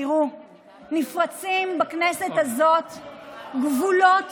נפרצים בכנסת הזו גבולות